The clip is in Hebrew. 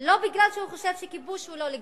לא כי הוא חושב שכיבוש הוא לא לגיטימי.